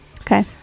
okay